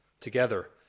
together